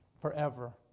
forever